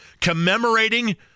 commemorating